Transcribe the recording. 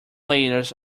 layers